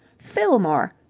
fillmore,